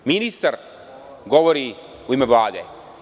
Ministar govori u ime Vlade.